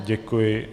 Děkuji.